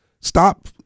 stop